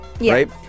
right